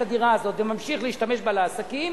הדירה הזאת וממשיך להשתמש בה לעסקים,